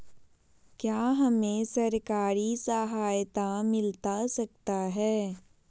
क्या हमे सरकारी सहायता मिलता सकता है?